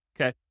Okay